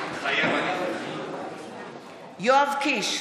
מתחייב אני יואב קיש,